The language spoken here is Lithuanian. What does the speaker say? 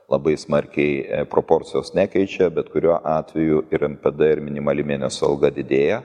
labai smarkiai proporcijos nekeičia bet kuriuo atveju ir tada ir minimali mėnesio alga didėja